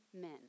men